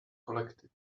collected